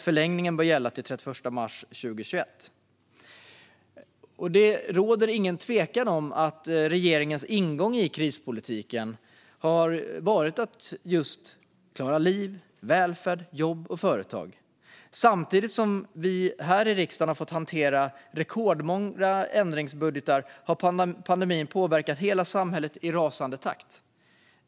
Förlängningen bör gälla till den 31 mars 2021. Det råder inget tvivel om att regeringens ingång i krispolitiken har varit just att klara liv, välfärd, jobb och företag. Samtidigt som vi i riksdagen har fått hantera rekordmånga ändringsbudgetar har pandemin påverkat hela samhället i rasande takt.